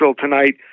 tonight